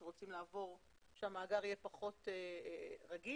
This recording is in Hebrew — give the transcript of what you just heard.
שרוצים שהמאגר יהיה פחות רגיש.